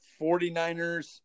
49ers